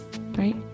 right